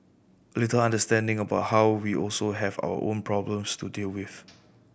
a little understanding about how we also have our own problems to deal with